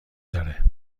داره